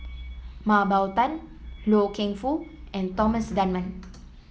Mah Bow Tan Loy Keng Foo and Thomas Dunman